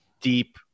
deep